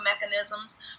mechanisms